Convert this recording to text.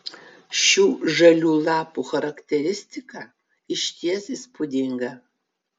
šių žalių lapų charakteristika išties įspūdinga